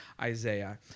Isaiah